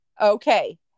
okay